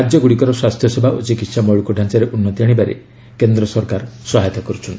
ରାଜ୍ୟମାନେ ଗୁଡ଼ିକର ସ୍ୱାସ୍ଥ୍ୟସେବା ଓ ଚିକିତ୍ସା ମୌଳିକ ଢ଼ାଞ୍ଚାରେ ଉନ୍ନତି ଆଣିବାରେ କେନ୍ଦ୍ର ସରକାର ସହାୟତା କରୁଛନ୍ତି